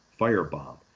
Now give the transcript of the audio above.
firebomb